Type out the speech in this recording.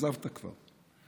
עזבת כבר?